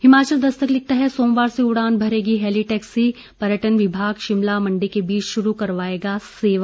हिमाचल दस्तक लिखता है सोमवार से उडान भरेगी हेलीटैक्सी पर्यटन विभाग शिमला चंडीगढ के बीच शरू करवाएगा सेवा